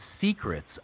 secrets